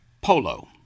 polo